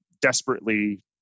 desperately